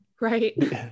right